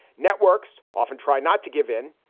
networks often try not to give in,